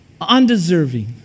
undeserving